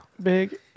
Big